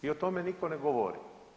I o tome nitko ne govori.